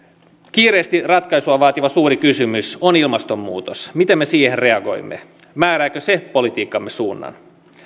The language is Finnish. kiireesti ratkaisua vaativa suuri kysymys on ilmastonmuutos miten me siihen reagoimme määrääkö se politiikkamme suunnan